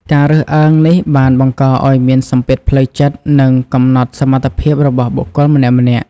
ការរើសអើងនេះបានបង្កឱ្យមានសម្ពាធផ្លូវចិត្ត និងកំណត់សមត្ថភាពរបស់បុគ្គលម្នាក់ៗ។